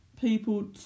people